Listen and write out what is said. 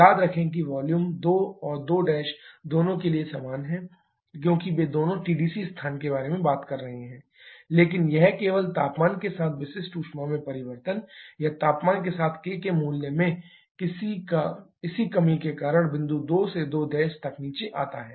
याद रखें कि वॉल्यूम 2 और 2' दोनों के लिए समान है क्योंकि वे दोनों TDC स्थान के बारे में बात कर रहे हैं लेकिन यह केवल तापमान के साथ विशिष्ट ऊष्मा में परिवर्तन या तापमान के साथ k के मूल्य में इसी कमी के कारण बिंदु 2 से 2 तक नीचे आता है